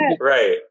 right